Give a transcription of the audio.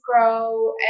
grow